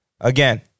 Again